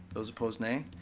those opposed, nay.